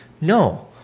No